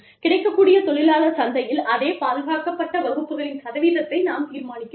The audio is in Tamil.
கிடைக்கக்கூடிய தொழிலாளர் சந்தையில் அதே பாதுகாக்கப்பட்ட வகுப்புகளின் சதவீதத்தை நாம் தீர்மானிக்கிறோம்